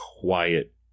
quiet